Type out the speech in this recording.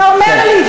ואומר לי,